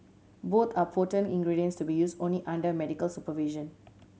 both are potent ingredients to be used only under medical supervision